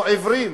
או עיוורים,